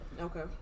Okay